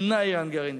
"נמנע אירן גרעינית",